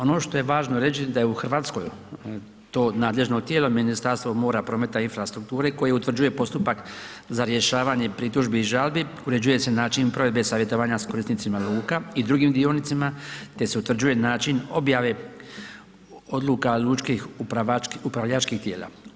Ono što je važno reći da je u Hrvatskoj to nadležno tijelo Ministarstvo mora, prometa i infrastrukture koje utvrđuje postupak za rješavanje pritužbi i žalbi, uređuje se način i provedbe savjetovanja sa korisnicima luka i drugim dionicima te se utvrđuje način objave odluka lučkih upravljačkih tijela.